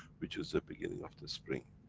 which is the beginning of the spring.